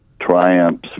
Triumphs